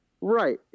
Right